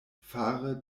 fare